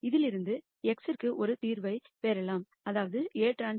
இதிலிருந்து x க்கு ஒரு தீர்வைப் பெறலாம் அதாவது Aᵀ